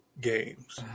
games